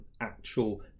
actual